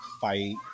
fight